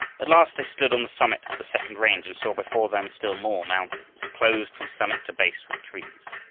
at last they stood on the summit of the second range and saw before them still more mountains, clothed from summit to base with trees.